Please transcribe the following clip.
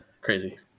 crazy